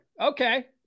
okay